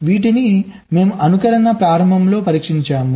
వీటిని మేము అనుకరణ ప్రారంభంలో పరిష్కరించాము